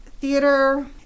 theater